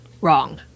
wrong